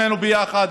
שנינו ביחד,